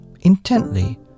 intently